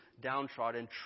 Downtrodden